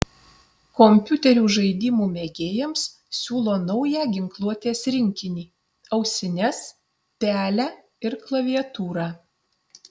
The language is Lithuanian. kompiuterių žaidimų mėgėjams siūlo naują ginkluotės rinkinį ausines pelę ir klaviatūrą